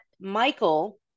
Michael